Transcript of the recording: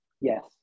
Yes